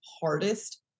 hardest